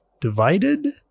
divided